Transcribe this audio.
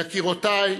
יקירותיי,